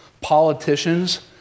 politicians